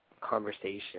conversation